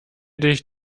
dich